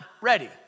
ready